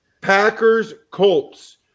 Packers-Colts